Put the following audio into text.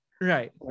Right